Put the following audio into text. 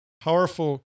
Powerful